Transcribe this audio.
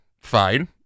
fine